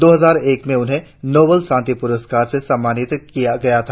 दो हजार एक में उन्हें नोबेल शांति पुरस्कार से सम्मानित किया गया था